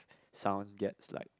someone gets like